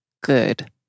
good